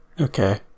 okay